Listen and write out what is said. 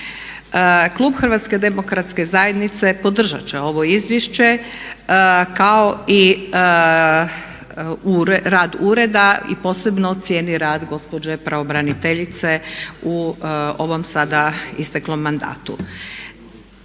Klub HDZ-a podržat će ovo izvješće kao i rad ureda i posebno cijeni rad gospođe pravobraniteljice u ovom sada isteklom mandatu.